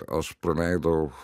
aš praleidau